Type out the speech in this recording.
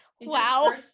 Wow